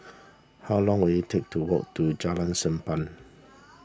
how long will it take to walk to Jalan Sappan